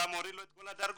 אתה מוריד לו את כל הדרגות.